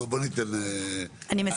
לא